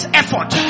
effort